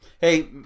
Hey